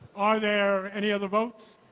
are there any other votes?